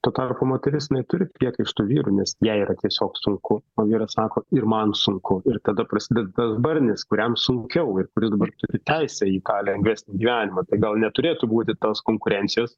tuo tarpu moteris neturi priekaištų vyrui nes jai yra tiesiog sunku o vyras sako ir man sunku ir kada prasideda tas barnis kuriam sunkiau ir kuris dabar turi teisę į tą lengvesnį gyvenimą tai gal neturėtų būti tos konkurencijos